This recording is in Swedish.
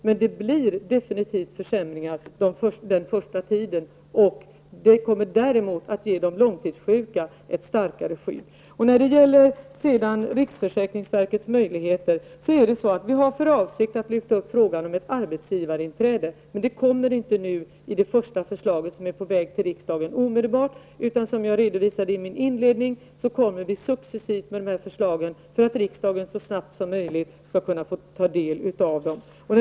Men det blir definitivt försämringar den första tiden. Systemet kommer däremot att ge de långtidssjuka ett starkare skydd. När det gäller riksförsäkringsverkets möjligheter har vi ju för avsikt att lyfta upp frågan om ett arbetsgivarinträde. Men det kommer inte nu i det första förslaget som är på väg till riksdagen. Som jag redovisade i min inledning kommer vi successivt med de här förslagen för att riksdagen så snabbt som möjligt skall kunna ta del av dem.